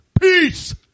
Peace